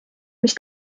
mis